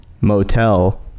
motel